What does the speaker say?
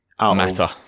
Matter